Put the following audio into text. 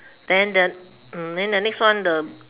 then then mm then the next one the